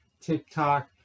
TikTok